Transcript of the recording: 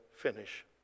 finish